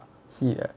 heat ah